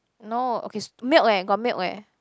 no okay milk eh got milk eh